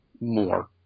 more